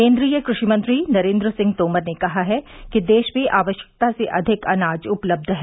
केन्द्रीय कृषि मंत्री नरेन्द्र सिंह तोमर ने कहा है कि देश में आवश्यकता से अधिक अनाज उपलब्ध है